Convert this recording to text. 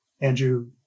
Andrew